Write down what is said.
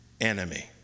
enemy